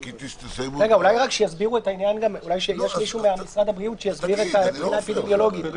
אולי יש מישהו ממשרד הבריאות שיסביר את העמדה האפידמיולוגית.